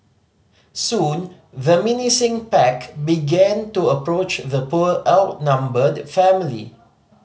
soon the menacing pack began to approach the poor outnumbered family